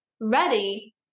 ready